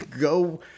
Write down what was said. go